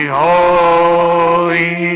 holy